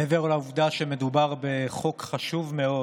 מעבר לעובדה שמדובר בחוק חשוב מאוד